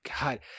God